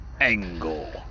Angle